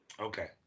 Okay